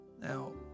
now